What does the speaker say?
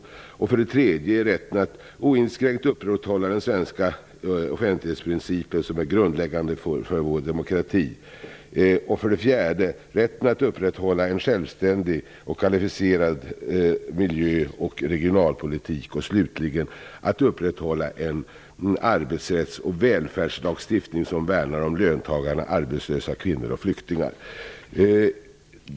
För det tredje behövs det undantag för rätten att oinskränkt upprätthålla den svenska offentlighetsprincipen som är grundläggande för vår demokrati. För det fjärde behövs det undantag för rätten att upprätthålla en självständig och kvalificerad miljöoch regionalpolitik. Slutligen, för det femte, behövs det undantantag för att upprättahålla en arbetsrätts och välfärdslagstiftning som värnar om löntagarna, arbetslösa kvinnor och flyktingar.